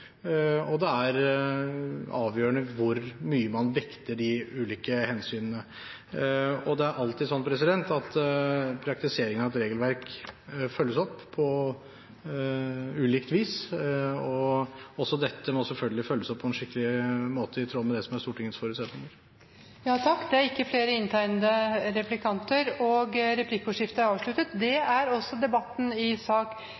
og det er avgjørende hvor mye man vekter de ulike hensynene. Det er alltid slik at praktiseringen av et regelverk følges opp på ulikt vis, og også dette må selvfølgelig følges opp på en skikkelig måte i tråd med det som er Stortingets forutsetninger. Replikkordskiftet er avsluttet. Flere har ikke bedt om ordet til sak nr. 6. Da er Stortinget klar til å gå til votering. Under debatten er det